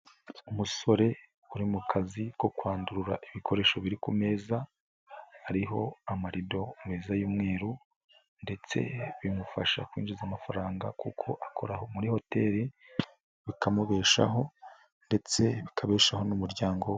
Umusore uri mu kazi ko kwandurura ibikoresho biri ku meza hariho amarido meza y'umweru ndetse bimufasha kwinjiza amafaranga kuko akora muri hoteri bikamubeshaho ndetse bikabeshaho n'umuryango we.